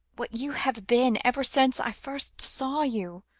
what you have been ever since i first saw you